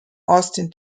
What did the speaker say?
austin